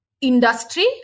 industry